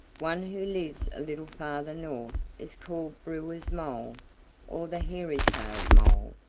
one who lives a little farther north is called brewer's mole or the hairytailed mole.